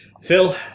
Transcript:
Phil